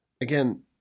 again